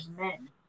men